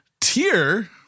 Tier –